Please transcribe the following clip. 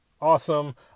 awesome